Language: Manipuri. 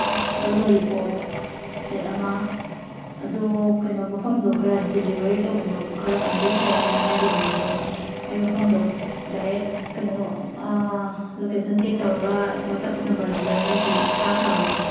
ꯆꯤꯛꯀꯜ ꯂꯣꯂꯤꯄꯣꯞ ꯄ꯭ꯂꯦꯠ ꯑꯃ ꯑꯗꯨ ꯀꯩꯅꯣ ꯃꯐꯝꯗꯣ ꯈꯔ ꯗꯤꯂꯤꯚꯔꯤ ꯇꯧꯐꯝꯗꯣ ꯈꯔ ꯀꯟꯐꯤꯌꯨꯁ ꯂꯩ ꯍꯥꯏꯅ ꯍꯥꯏꯈꯤꯕꯅꯤ ꯑꯗꯣ ꯑꯩ ꯃꯐꯝꯗꯣ ꯗꯥꯏꯔꯦꯛ ꯀꯩꯅꯣ ꯂꯣꯀꯦꯁꯟ ꯇꯦꯛ ꯇꯧꯔꯒ ꯋꯥꯆꯞ ꯅꯝꯕꯔꯗꯨꯗ ꯅꯣꯏꯒꯤ ꯊꯥꯈꯔꯕꯅꯤ